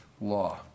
law